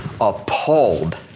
appalled